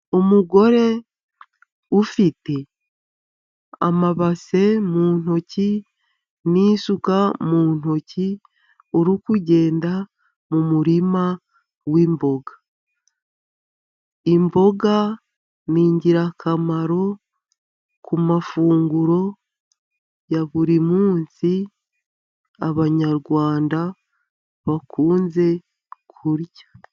Umugore ufite ama base mu ntoki n'isuka mu ntoki urukugenda mu murima w'imboga. Imboga ni ingirakamaro ku mafunguro ya buri munsi abanyarwanda bakunze kurya.